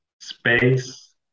Space